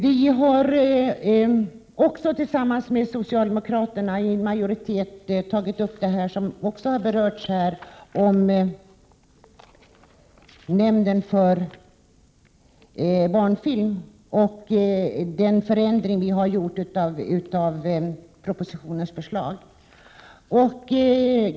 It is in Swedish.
Vi har också tillsammans med socialdemokraterna i majoritet tagit upp nämnden för barnfilm, som också har berörts här, och gjort en förändring av propositionens förslag.